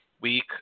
week